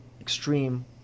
extreme